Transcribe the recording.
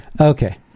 Okay